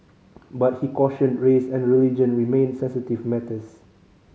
but he cautioned race and religion remained sensitive matters